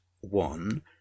one